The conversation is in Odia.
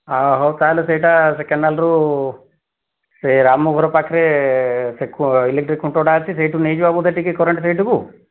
ଆଁ ହଉ ତା'ହେଲେ ସେଟା ସେ କେନାଲ୍ରୁ ସେ ରାମୁ ଘର ପାଖରେ ସେ ଇଲେକ୍ଟ୍ରି ଖୁଣ୍ଟଟା ଅଛି ସେଇଠୁ ନେଇଯିବା ବୋଧେ ଟିକିଏ କରେଣ୍ଟ୍ ସେଇଠିକୁ